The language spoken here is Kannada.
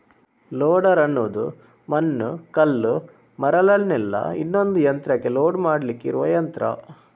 ಲೋಡರ್ ಅನ್ನುದು ಮಣ್ಣು, ಕಲ್ಲು, ಮರಳನ್ನೆಲ್ಲ ಇನ್ನೊಂದು ಯಂತ್ರಕ್ಕೆ ಲೋಡ್ ಮಾಡ್ಲಿಕ್ಕೆ ಇರುವ ಯಂತ್ರ